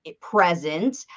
present